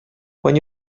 when